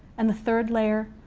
and the third layer,